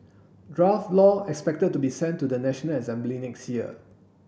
draft law expected to be sent to the National Assembly next year